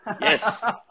Yes